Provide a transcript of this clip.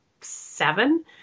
seven